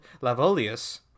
Lavolius